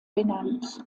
benannt